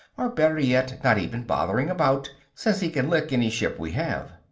or better yet not even bother about, since he can lick any ship we have.